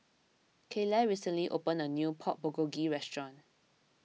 Kayleigh recently opened a new Pork Bulgogi restaurant